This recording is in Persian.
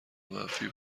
منفی